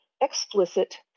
explicit